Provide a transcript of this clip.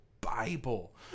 Bible